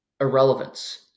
irrelevance